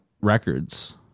records